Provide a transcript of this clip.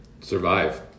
Survive